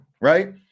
right